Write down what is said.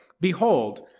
behold